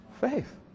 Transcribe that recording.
faith